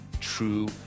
true